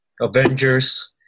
Avengers